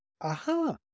aha